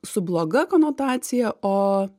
su bloga konotacija o